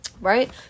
right